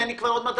אני כבר מבין.